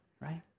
right